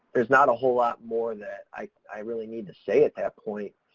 there's not a whole lot more that i, i really need to say at that point,